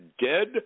dead